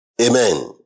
Amen